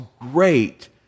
great